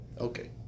Okay